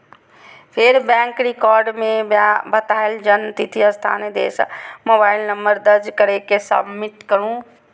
फेर bank record मे बतायल जन्मतिथि, स्थान, देश आ मोबाइल नंबर दर्ज कैर के सबमिट करू